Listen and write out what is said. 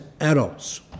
adults